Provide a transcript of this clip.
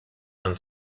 and